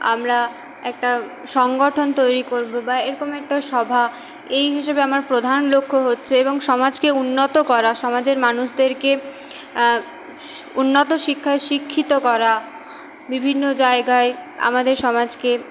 আমরা একটা সংগঠন তৈরি করবো বা এরকম একটা সভা এই হিসাবে আমার প্রধান লক্ষ্য হচ্ছে এবং সমাজকে উন্নত করা সমাজের মানুষদেরকে উন্নত শিক্ষায় শিক্ষিত করা বিভিন্ন জায়গায় আমাদের সমাজকে